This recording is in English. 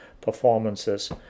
performances